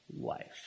life